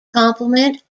complement